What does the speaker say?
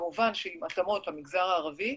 כמובן שעם התאמות למגזר הערבי,